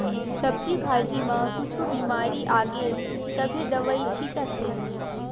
सब्जी भाजी म कुछु बिमारी आगे तभे दवई छितत हे